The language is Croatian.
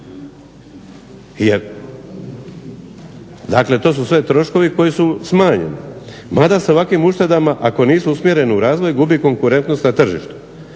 dakle to su sve troškovi koji su smanjeni. Mada sa ovakvim uštedama ako nisu usmjereni u razvoj gubi konkurentnost na tržištu.